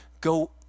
Go